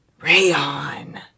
Rayon